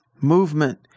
movement